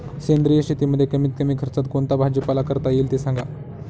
सेंद्रिय शेतीमध्ये कमीत कमी खर्चात कोणता भाजीपाला करता येईल ते सांगा